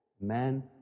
man